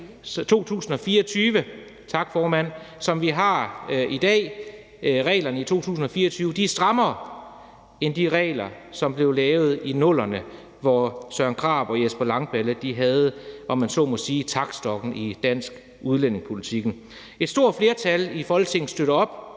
vi har i dag, er strammere end de regler, som blev lavet i 00'erne, hvor Søren Krarup og Jesper Langballe havde, om man så må sige, taktstokken i dansk udlændingepolitik. Et stort flertal i Folketinget støtter op